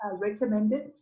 recommended